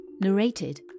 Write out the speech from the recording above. Narrated